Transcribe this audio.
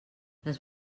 les